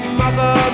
mother